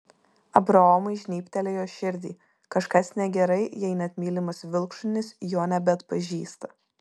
abraomui žnybtelėjo širdį kažkas negerai jei net mylimas vilkšunis jo nebeatpažįsta